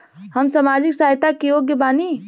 हम सामाजिक सहायता के योग्य बानी?